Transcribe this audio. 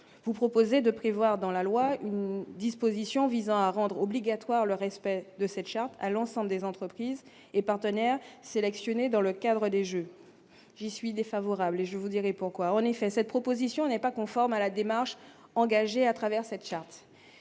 vous proposez de prévoir dans la loi une disposition visant à rendre obligatoire le respect de cette charte à l'ensemble des entreprises et partenaires sélectionnés dans le cadre des Jeux je suis défavorable, je vous dirai pourquoi, en effet, cette proposition n'est pas conforme à la démarche engagée à travers cette charte,